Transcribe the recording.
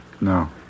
No